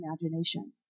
imagination